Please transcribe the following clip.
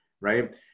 right